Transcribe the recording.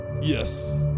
Yes